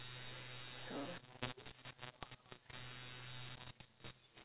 so